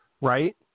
right